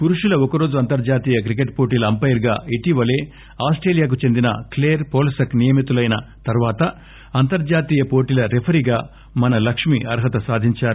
పురుషుల ఒకరోజు అంతర్హాతీయ క్రికెట్ పోటీల అంపైర్గా ఇటీవలే ఆస్టేలియాకు చెందిన క్లేర్ పోలసక్ నియమితులైన తరువాత అంతర్జాతీయ పోటీల రెఫరీగా మన లక్ష్మి అర్హత సాధించారు